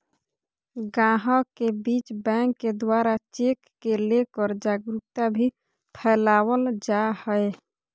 गाहक के बीच बैंक के द्वारा चेक के लेकर जागरूकता भी फैलावल जा है